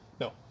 No